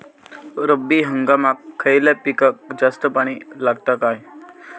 रब्बी हंगामात खयल्या पिकाक जास्त पाणी लागता काय?